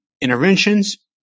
interventions